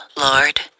Lord